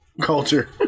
Culture